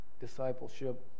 discipleship